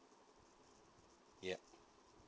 yup